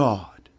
God